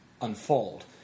unfold